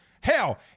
Hell